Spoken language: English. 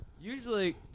usually